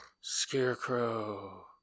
Scarecrow